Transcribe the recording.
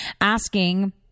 asking